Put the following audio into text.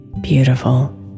beautiful